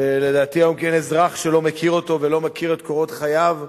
שלדעתי אין אזרח היום שלא מכיר אותו ולא מכיר את קורות חייו,